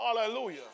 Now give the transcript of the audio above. Hallelujah